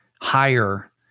higher